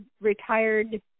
retired